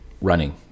running